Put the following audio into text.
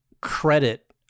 credit